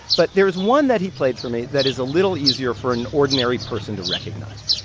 but there's one that he played for me that is a little easier for an ordinary person to recognize.